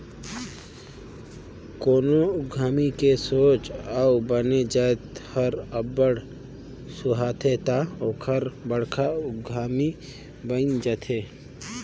कोनो उद्यमी के सोंच अउ बने जाएत हर अब्बड़ सुहाथे ता ओहर बड़खा उद्यमी बइन जाथे